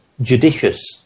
judicious